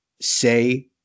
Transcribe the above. say